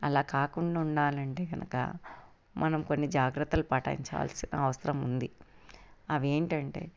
అలాకాకుండా ఉండాలంటే కనుక మనం కొన్ని జాగ్రత్తలు పాటించాల్సిన అవసరం ఉంది అవి ఏంటంటే